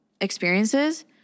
experiences